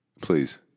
please